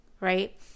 right